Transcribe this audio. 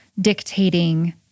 dictating